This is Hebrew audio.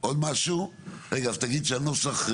עוד משהו רגע אז תגיד שהנוסח,